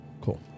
Cool